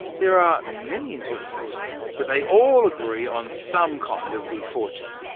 there are many interpretations, but they all agree on some kind of good fortune.